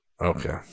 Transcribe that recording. okay